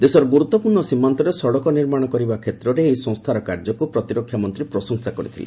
ଦେଶର ଗୁରୁତ୍ୱପୂର୍ଣ୍ଣ ସୀମାନ୍ତରେ ସଡ଼କ ନିର୍ମାଣ କରିବା କ୍ଷେତ୍ରରେ ଏହି ସଂସ୍ଥାର କାର୍ଯ୍ୟକୁ ପ୍ରତିରକ୍ଷା ମନ୍ତ୍ରୀ ପ୍ରଶଂସା କରିଥିଲେ